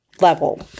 level